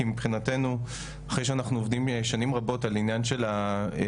כי מבחינתנו אחרי שאנחנו עובדים שנים רבות על העניין של מינויי